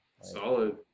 Solid